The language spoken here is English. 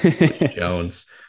Jones